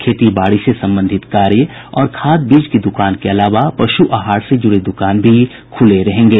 खेती बाड़ी से संबंधित कार्य और खाद बीज की दुकान के अलावा पशु आहार से जुड़े दुकान भी खुले रहेंगे